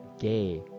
gay